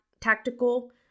tactical